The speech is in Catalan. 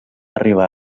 arribar